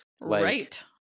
Right